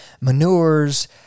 manures